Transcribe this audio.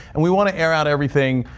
and we want to air out everything.